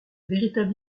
véritable